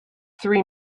three